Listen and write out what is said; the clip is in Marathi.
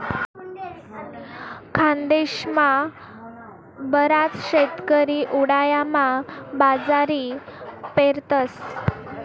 खानदेशमा बराच शेतकरी उंडायामा बाजरी पेरतस